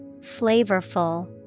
Flavorful